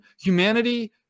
humanity